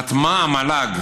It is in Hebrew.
חתמה המל"ג